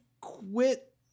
quit